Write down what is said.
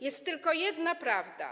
Jest tylko jedna prawda.